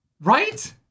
Right